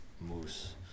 Moose